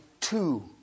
two